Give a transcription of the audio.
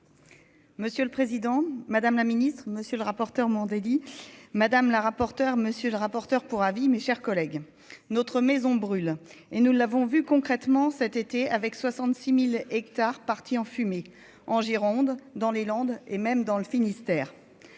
Monsieur le Président, Madame la Ministre, monsieur le rapporteur Mandelli madame la rapporteure, monsieur le rapporteur pour avis, mes chers collègues, notre maison brûle et nous l'avons vu concrètement cet été avec 66000 hectares partis en fumée en Gironde, dans les Landes et même dans le Finistère,